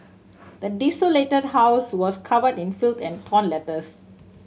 the desolated house was covered in filth and torn letters